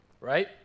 right